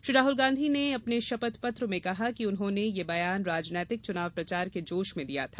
श्री राहुल गांधी ने अपने शपथ पत्र में कहा कि उन्होंने यह बयान राजनीतिक चुनाव प्रचार के जोश में दिया था